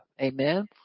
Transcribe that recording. Amen